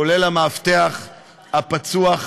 כולל המאבטח הפצוע,